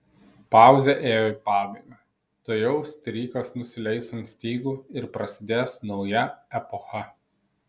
pauzė ėjo į pabaigą tuojau strykas nusileis ant stygų ir prasidės nauja epocha